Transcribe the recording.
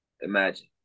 Imagine